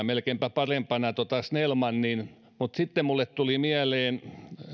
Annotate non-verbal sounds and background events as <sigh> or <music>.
<unintelligible> melkeinpä parempana tuota snellmanin määritelmää mutta sitten minulle tuli mieleen